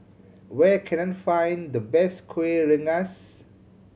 where can I find the best Kueh Rengas